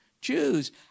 Jews